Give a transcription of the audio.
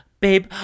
Babe